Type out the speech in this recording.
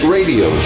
Radio